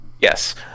Yes